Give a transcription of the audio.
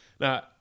Now